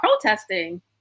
protesting